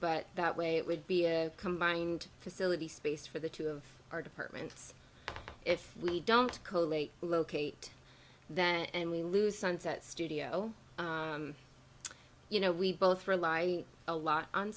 but that way it would be a combined facility space for the two of our departments if we don't locate that and we lose sunset studio you know we both rely a lot on